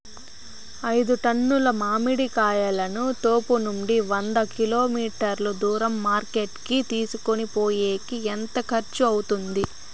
ఐదు టన్నుల మామిడి కాయలను తోపునుండి వంద కిలోమీటర్లు దూరం మార్కెట్ కి తీసుకొనిపోయేకి ఎంత ఖర్చు అవుతుంది?